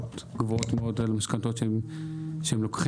גבוהות מאוד על משכנתאות שהם לוקחים.